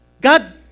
God